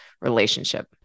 relationship